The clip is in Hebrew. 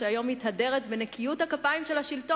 שהיום מתהדרת בניקיון הכפיים של השלטון.